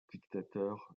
dictateur